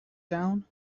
down